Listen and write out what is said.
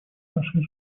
нашей